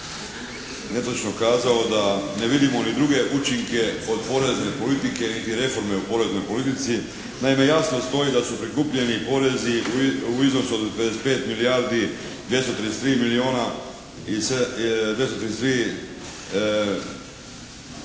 netočno kazao da ne vidimo ni druge učinke od porezne politike niti reforme u poreznoj politici. Naime, jasno stoji da su prikupljeni porezi u iznosu od 25 milijardi 233 milijuna i 700 kuna,